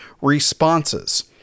responses